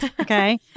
Okay